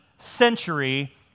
century